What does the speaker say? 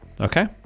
Okay